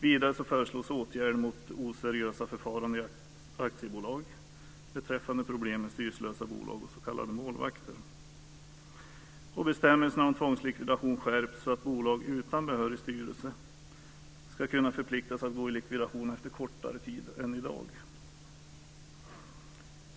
Vidare föreslås åtgärder mot oseriösa förfaranden i aktiebolag, beträffande problem med styrelselösa bolag och s.k. målvakter. Bestämmelserna om tvångslikvidation skärps så att bolag utan behörig styrelse ska kunna förpliktas att gå i likvidation efter kortare tid än i dag.